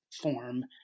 form